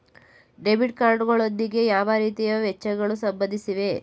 Debit card ಗಳೊಂದಿಗೆ ಯಾವ ರೀತಿಯ ವೆಚ್ಚಗಳು ಸಂಬಂಧಿಸಿವೆ?